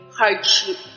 hardship